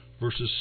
versus